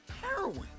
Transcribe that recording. heroin